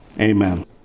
Amen